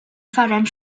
发展